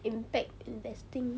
impact investing